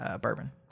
bourbon